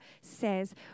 says